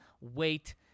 wait